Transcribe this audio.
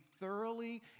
thoroughly